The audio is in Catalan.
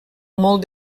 molt